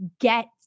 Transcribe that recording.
get